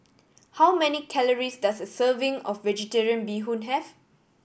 how many calories does a serving of Vegetarian Bee Hoon have